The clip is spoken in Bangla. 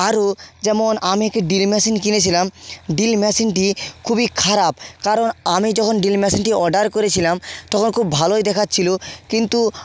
আরও যেমন আমি একটা ড্রিল ম্যাশিন কিনেছিলাম ড্রিল ম্যাশিনটি খুবই খারাপ কারণ আমি যখন ড্রিল ম্যাশিনটি অর্ডার করেছিলাম তখন খুব ভালোই দেখাচ্ছিল কিন্তু